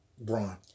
Braun